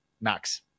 Max